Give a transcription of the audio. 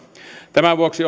tämän vuoksi